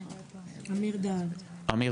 אמיר דהן.